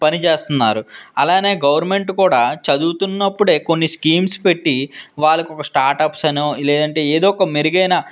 పనిచేస్తున్నారు అలానే గవర్నమెంట్ కూడా చదువుతున్నప్పుడే కొన్ని స్కీమ్స్ పెట్టి వాళ్లకు ఒక స్టార్ట్అప్స్ అనో లేదంటే ఏదో ఒక మెరుగైన